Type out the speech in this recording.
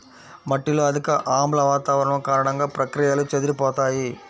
మట్టిలో అధిక ఆమ్ల వాతావరణం కారణంగా, ప్రక్రియలు చెదిరిపోతాయి